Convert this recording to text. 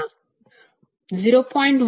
0